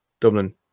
Dublin